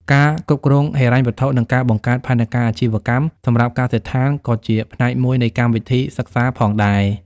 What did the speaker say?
ការគ្រប់គ្រងហិរញ្ញវត្ថុនិងការបង្កើតផែនការអាជីវកម្មសម្រាប់កសិដ្ឋានក៏ជាផ្នែកមួយនៃកម្មវិធីសិក្សាផងដែរ។